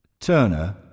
Turner